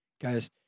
Guys